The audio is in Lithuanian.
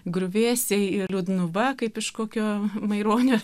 griuvėsiai ir liūdnuba kaip iš kokio maironio